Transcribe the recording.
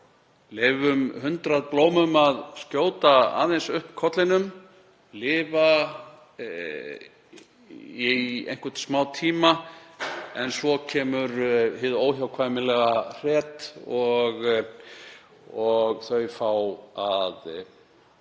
Leyfum 100 blómum að skjóta aðeins upp kollinum, lifa í einhvern smátíma en svo kemur hið óhjákvæmilega hret og þau fá að